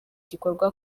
gikorwa